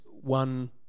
one